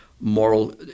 moral